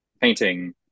painting